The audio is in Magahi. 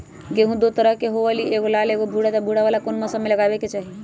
गेंहू दो तरह के होअ ली एगो लाल एगो भूरा त भूरा वाला कौन मौसम मे लगाबे के चाहि?